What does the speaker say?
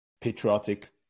patriotic